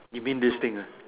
you mean this thing ah